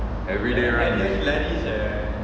everyday right